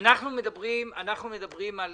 מדברים על